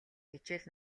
хичээл